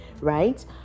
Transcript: right